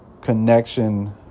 connection